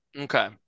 Okay